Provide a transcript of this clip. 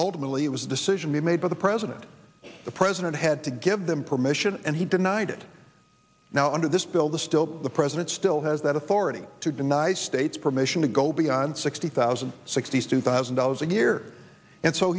ultimately it was a decision made by the president the president had to give them permission and he denied it now under this bill the still the president well has that authority to deny states permission to go beyond sixty thousand sixty's two thousand dollars a year and so